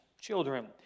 children